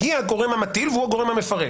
הכנסת היא הגורם המטיל ובית המשפט הוא הגורם המפרש.